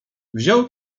wziął